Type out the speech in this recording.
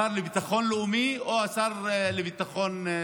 השר לביטחון הלאומי או שר לביטחון?